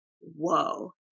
whoa